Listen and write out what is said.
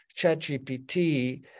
ChatGPT